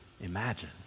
imagine